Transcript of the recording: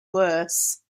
worse